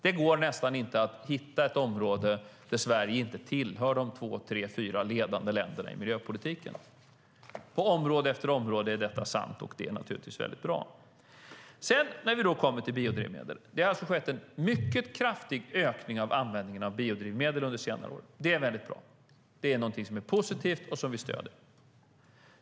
Det går nästan inte att hitta ett område där Sverige inte tillhör de två tre fyra ledande länderna i miljöpolitiken. På område efter område är detta sant, och det är naturligtvis väldigt bra. Det har skett en mycket kraftig ökning av användningen av biodrivmedel under senare år, och det är bra. Det är något som är positivt och som vi stöder.